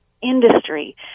industry